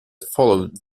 followed